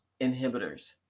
inhibitors